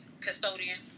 custodian